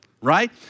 right